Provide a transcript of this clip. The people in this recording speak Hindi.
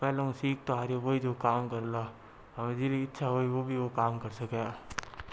पहले जो सीखता है वो ही जो काम करला और जीरी की इच्छा हो वो भी वो काम कर सके